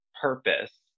purpose